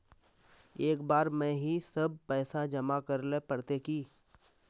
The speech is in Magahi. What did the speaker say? एक बार में ही सब पैसा जमा करले पड़ते की?